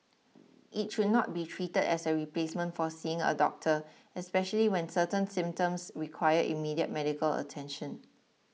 it should not be treated as a replacement for seeing a doctor especially when certain symptoms require immediate medical attention